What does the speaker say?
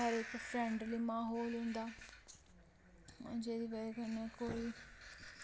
घर इक फ्रैंडली म्हौल होंदा जेह्दे बजह कन्नै कोई